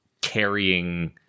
carrying